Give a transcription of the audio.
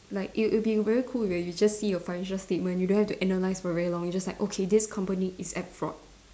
like it'll it'll be very cool where you just see your financial statement you don't have to analyse for very long you just like okay this company is at fault